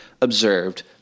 observed